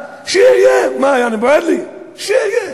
אני רוצה לפנות מכאן ליושב-ראש הכנסת,